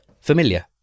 familiar